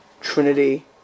Trinity